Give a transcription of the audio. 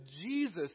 Jesus